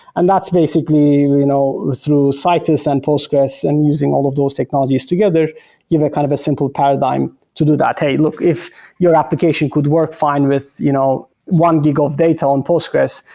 and that's basically you know through citus and postgres and using all of those technologies together give kind of a simple paradigm to do that. hey, look, if your application could work fine with you know one gig of data on postgres.